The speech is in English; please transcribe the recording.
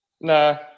no